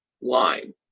line